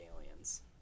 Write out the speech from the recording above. aliens